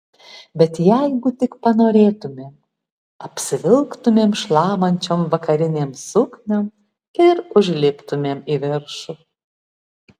bet jeigu tik panorėtumėm apsivilktumėm šlamančiom vakarinėm sukniom ir užliptumėm į viršų